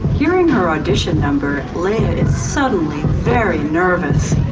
hearing her audition number leah is suddenly very nervous,